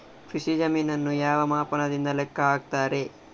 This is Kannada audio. ಕೃಷಿ ಜಮೀನನ್ನು ಯಾವ ಮಾಪನದಿಂದ ಲೆಕ್ಕ ಹಾಕ್ತರೆ?